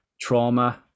trauma